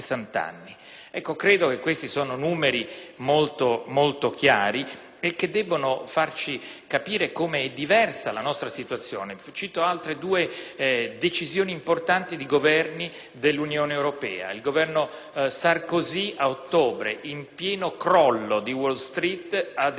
anni. Credo che questi siano numeri molto chiari che debbono farci capire come è diversa la nostra situazione. Cito altre due decisioni importanti di Governi dell'Unione europea. Il Governo Sarkozy, a ottobre, in pieno crollo di Wall Street, ha deciso